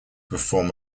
perform